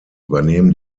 übernehmen